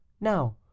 Now